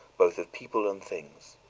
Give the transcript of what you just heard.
both of people and things.